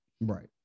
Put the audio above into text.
Right